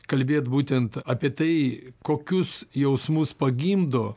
kalbėt būtent apie tai kokius jausmus pagimdo